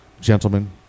gentlemen